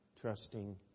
trusting